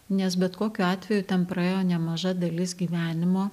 nes bet kokiu atveju ten praėjo nemaža dalis gyvenimo